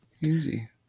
easy